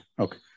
Okay